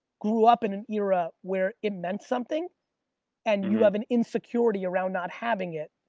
grew up in an era where it meant something and you have an insecurity around not having it.